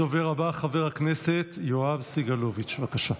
הדובר הבא, חבר הכנסת יואב סגלוביץ', בבקשה.